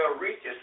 reaches